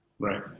Right